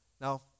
Now